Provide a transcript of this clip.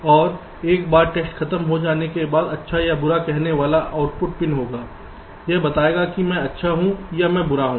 और एक बार टेस्ट खत्म हो जाने के बाद अच्छा या बुरा कहने वाला आउटपुट पिन होगा यह बताएगा कि मैं अच्छा हूं या मैं बुरा हूं